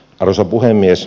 arvoisa puhemies